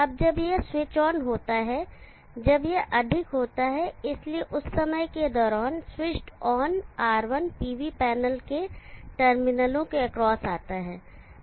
अब जब यह स्विच ऑन होता है जब यह अधिक होता है इसलिए उस समय के दौरान switched on R1 PV panel के टर्मिनलों के एक्रॉसआता है